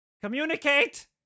Communicate